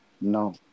no